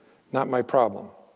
not my problem.